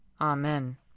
Amen